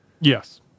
yes